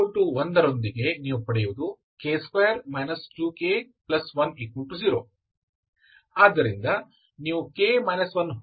λ1ರೊಂದಿಗೆ ನೀವು ಪಡೆಯುವುದು k2 2k10